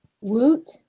Woot